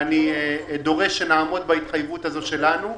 אני דורש שנעמוד בהתחייבות הזאת שלנו.